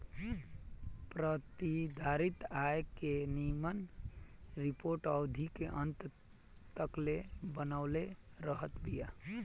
प्रतिधारित आय के निगम रिपोर्ट अवधि के अंत तकले बनवले रहत बिया